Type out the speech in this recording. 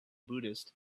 buddhist